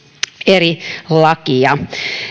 eri lakia